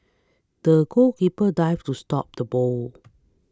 the goalkeeper dived to stop the ball